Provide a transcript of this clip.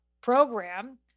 program